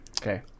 Okay